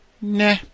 Nah